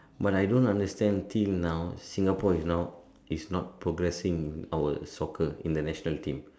but I don't understand till now Singapore is now is not progressing our soccer in the national team